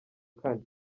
kane